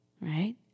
right